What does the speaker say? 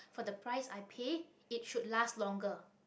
for the price i pay it should last longer